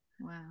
Wow